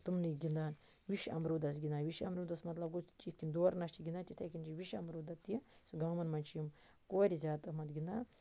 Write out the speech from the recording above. تمنے گِندان وِش اَمروٗدَس گِندان وِش اَمروٗدَس مَطلَب گوٚو چھِ یِتھ کنۍ دورنَس چھ گِندان تِتھے کنۍ چھِ وِش اَمروٗدَس تہِ گامَن مَنٛز چھِ یِم کورِ زیادٕ یِمَن گِندان